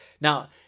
Now